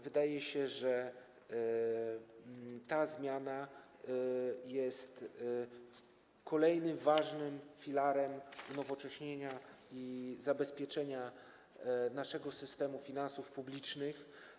Wydaje się, że ta zmiana jest kolejnym ważnym filarem unowocześnienia i zabezpieczenia naszego systemu finansów publicznych.